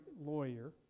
lawyer